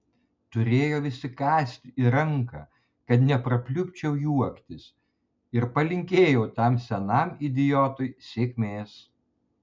turėjau įsikąsti į ranką kad neprapliupčiau juoktis ir palinkėjau tam senam idiotui sėkmės